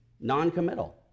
non-committal